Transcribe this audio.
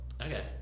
okay